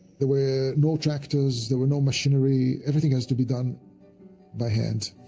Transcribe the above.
there were no tractors, there were no machinery, everything has to be done by hand.